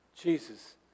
Jesus